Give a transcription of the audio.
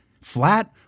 flat